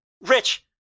Rich